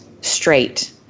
straight